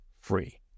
free